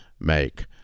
make